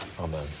amen